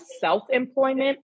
self-employment